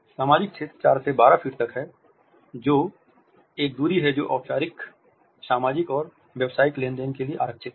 सामाजिक क्षेत्र 4 से 12 फीट तक है जो एक दूरी है जो औपचारिक सामाजिक और व्यावसायिक लेनदेन के लिए आरक्षित है